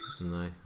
No